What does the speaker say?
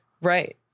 Right